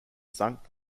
sunk